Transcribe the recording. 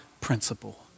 principle